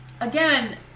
Again